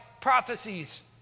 prophecies